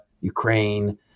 Ukraine